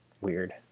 weird